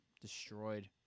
destroyed